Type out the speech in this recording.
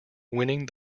winning